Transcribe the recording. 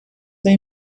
they